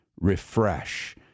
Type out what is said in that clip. refresh